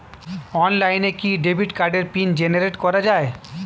অনলাইনে কি ডেবিট কার্ডের পিন জেনারেট করা যায়?